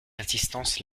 insistance